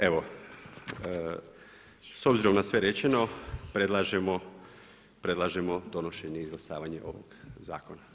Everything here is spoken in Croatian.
Evo, s obzirom na sve rečeno predlažemo donošenje i izglasavanje ovog zakona.